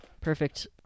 Perfect